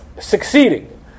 succeeding